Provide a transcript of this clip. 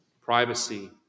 privacy